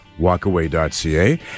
walkaway.ca